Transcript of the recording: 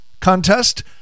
Contest